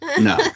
No